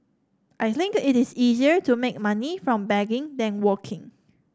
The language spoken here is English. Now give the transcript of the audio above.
I think it is easier to make money from begging than working